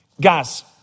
Guys